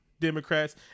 Democrats